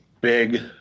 big